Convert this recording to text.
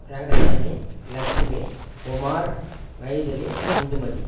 Rangasamy Lakshmi Kumar Mythili Indumathi